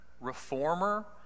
reformer